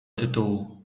tytułu